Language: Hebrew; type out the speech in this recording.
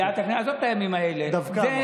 עזוב את הימים האלה, דווקא אמרתי.